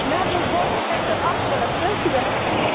مےٚ حظ اوس بورڈَر ٹرٛیٚکٹَر اَکھ ضروٗرت کٔہہِ چھُ گژھان